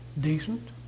decent